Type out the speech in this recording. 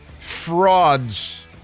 Frauds